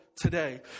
today